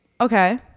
okay